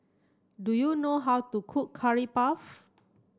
do you know how to cook curry puff